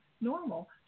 normal